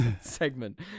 segment